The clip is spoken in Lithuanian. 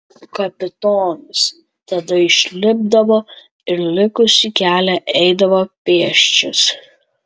kapitonas tada išlipdavo ir likusį kelią eidavo pėsčias